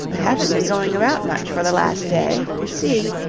i haven't been going about much for the last day. you see.